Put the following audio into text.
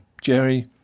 Jerry